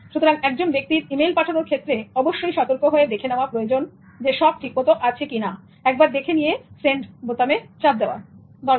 সুতরাং একজন ব্যক্তির ই মেইল পাঠানোর ক্ষেত্রে অবশ্যই সতর্ক হয়ে দেখে নেওয়া প্রয়োজন সব ঠিকমতো আছে কিনা সেন্ড বোতামে চাপ দেওয়ার আগে